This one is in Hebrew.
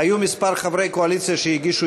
היו כמה חברי קואליציה שהגישו